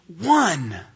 one